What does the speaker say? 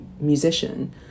musician